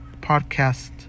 podcast